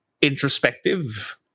introspective